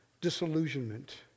disillusionment